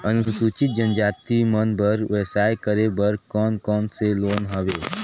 अनुसूचित जनजाति मन बर व्यवसाय करे बर कौन कौन से लोन हवे?